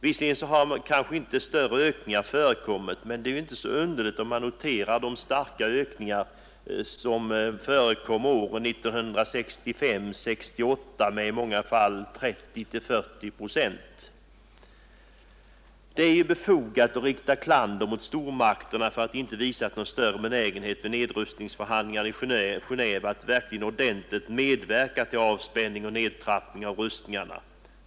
Visserligen har kanske inte större ökningar förekommit, men det är ju inte så underligt om man noterar de starka ökningar av rustningarna som förekom åren 1965— 1968 med i många fall 30-40 procent. Det är befogat att rikta klander mot stormakterna för att de inte visat större benägenhet vid nedrustningsförhandlingarna i Genéve att verkligen ordentligt medverka till avspänning och nedtrappning av rustningarna.